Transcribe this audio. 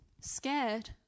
scared